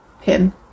Pin